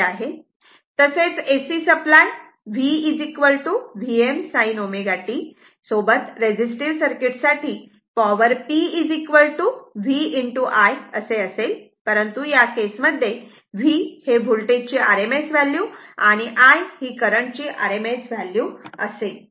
तसेच AC supply V Vm sin ω t सोबत resistive circuit साठी पॉवर p v i असेल परंतु या केसमध्ये v हे होल्टेज ची RMS व्हॅल्यू आणि I हे करंट ची RMS व्हॅल्यू असेल